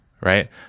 right